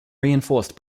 reinforced